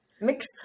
mix